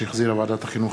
שהחזירה ועדת החינוך,